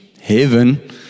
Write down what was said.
Heaven